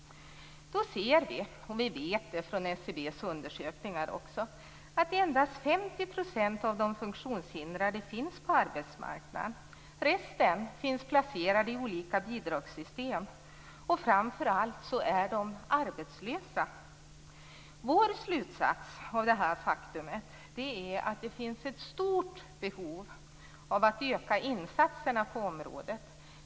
Då ser vi, och vi vet det också från SCB:s undersökningar, att endast 50 % av de funktionshindrade finns på arbetsmarknaden. Resten finns placerade i olika bidragssystem, och framför allt är de arbetslösa. Vår slutsats av detta faktum är att det finns ett stort behov av att öka insatserna på området.